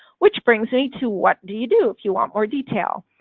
which brings me to what do you do if you want more detail?